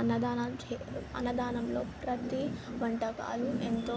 అన్నదానాలు చే అన్నదానంలో ప్రతీ వంటకాలు ఎంతో